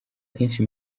kenshi